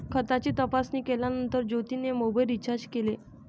खात्याची तपासणी केल्यानंतर ज्योतीने मोबाइल रीचार्ज केले